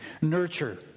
nurture